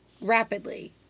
rapidly